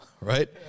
right